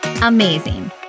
amazing